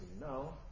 No